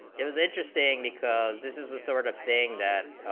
is interesting because this is a sort of thing that,